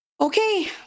Okay